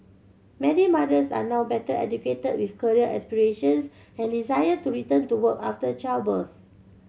many mothers are now better educated with career aspirations and desire to return to work after childbirth